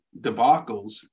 debacles